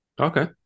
Okay